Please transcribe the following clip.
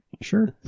sure